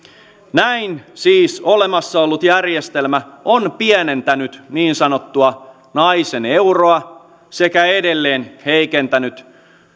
näin siis olemassa ollut järjestelmä on pienentänyt niin sanottua naisen euroa sekä edelleen heikentänyt